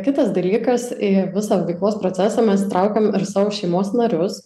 kitas dalykas į visą veiklos procesą mes įtraukėm ir savo šeimos narius